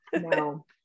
No